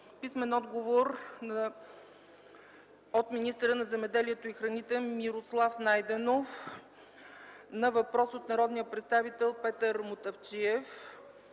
Богданова; - от министъра на земеделието и храните Мирослав Найденов на въпрос от народния представител Петър Мутафчиев;